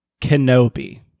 Kenobi